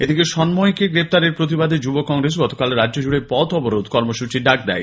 এদিকে সন্ময়কে গ্রেফতারের প্রতিবাদে যুব কংগ্রেস গতকাল রাজ্যজুড়ে পথ অবরোধ কর্মসূচীর ডাক দেয়